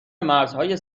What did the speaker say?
مرزهای